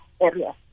areas